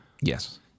Yes